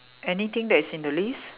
anything that is in the list